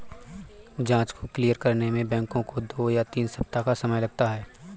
जाँच को क्लियर करने में बैंकों को दो या तीन सप्ताह का समय लगता है